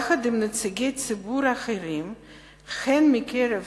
יחד עם נציגי ציבור אחרים הן מקרב